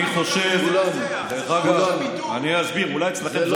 כולנו, דרך אגב, אני חושב, מה